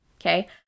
Okay